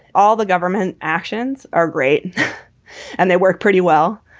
all the government actions are great and they work pretty well.